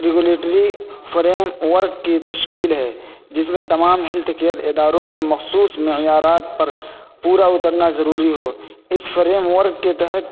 regulatory framework کی تشکیل ہے جس میں تمام ہیلتھ کیئر اداروں کو مخصوص معیارات پر پورا اترنا ضروری ہو اس فریم ورک کے تحت